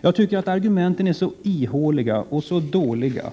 Jag tycker att argumenten är ihåliga och dåliga.